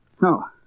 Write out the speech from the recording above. No